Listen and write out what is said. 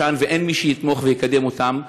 ישן, ואין מי שיתמוך ויקדם אותם.